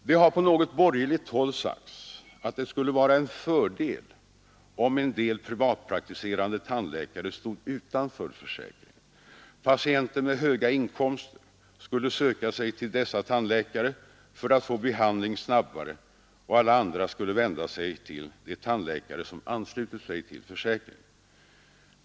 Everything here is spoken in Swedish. Man har på något borgerligt håll sagt att det skulle vara en fördel om en del privatpraktiserande tandläkare stod utanför försäkringen. Patienter med höga inkomster skulle söka sig till dessa tandläkare för att få behandling snabbare och alla andra skulle vända sig till de tandläkare som anslutit sig till försäkringen.